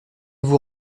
vous